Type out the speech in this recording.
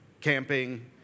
camping